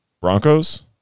Broncos